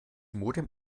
modem